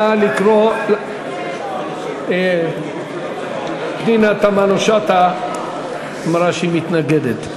נא לקרוא, פנינה תמנו-שטה אמרה שהיא מתנגדת.